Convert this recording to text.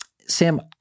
Sam